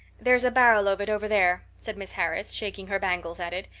there's a barrel of it over there, said miss harris, shaking her bangles at it.